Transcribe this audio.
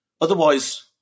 Otherwise